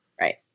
Right